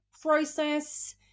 process